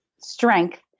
strength